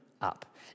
up